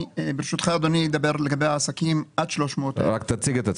ברשותך אדוני אני אדבר על עסקים עד 300 אלף שקלים.